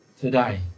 today